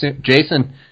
Jason